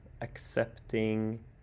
accepting